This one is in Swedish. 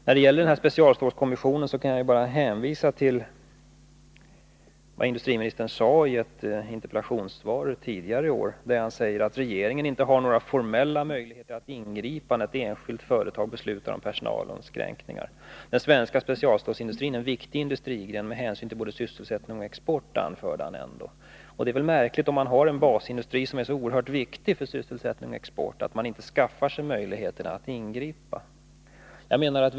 När det gäller den här specialstålskommissionen kan jag hänvisa till att industriministern i ett interpellationssvar tidigare i år sade att regeringen inte har några formella möjligheter att ingripa när ett enskilt företag beslutar om personalinskränkningar. Den svenska specialstålsindustrin är en viktig industrigren med hänsyn till både sysselsättning och export, anförde industriministern. Det är väl märkligt att man inte skaffar sig möjlighet att ingripa om man har en basindustri som är så oerhört viktig för sysselsättning och export.